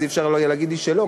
אז אי-אפשר להגיד לי שלא,